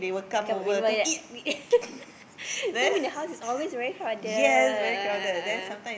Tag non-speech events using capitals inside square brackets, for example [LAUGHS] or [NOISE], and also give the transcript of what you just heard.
come before yeah [LAUGHS] some the house is always very crowded a'ah a'ah